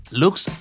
looks